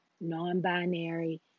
non-binary